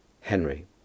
Henry